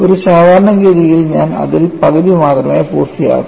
ഒരു സാധാരണ ഗതിയിൽ ഞാൻ അതിൽ പകുതി മാത്രമേ പൂർത്തിയാക്കൂ